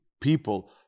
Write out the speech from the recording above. people